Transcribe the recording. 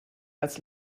als